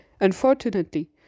Unfortunately